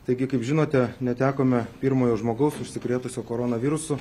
taigi kaip žinote netekome pirmojo žmogaus užsikrėtusio koronavirusu